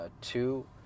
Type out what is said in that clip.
two